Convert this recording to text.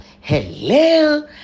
hello